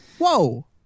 Whoa